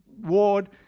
ward